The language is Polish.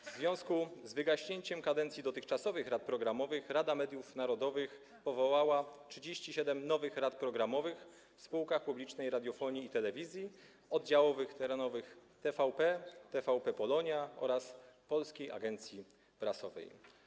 W związku z wygaśnięciem kadencji dotychczasowych rad programowych Rada Mediów Narodowych powołała 37 nowych rad programowych w spółkach publicznej radiofonii i telewizji, oddziałach terenowych TVP, TVP Polonia oraz Polskiej Agencji Prasowej.